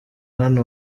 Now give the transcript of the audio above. hano